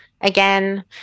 again